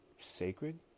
sacred